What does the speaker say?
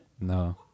No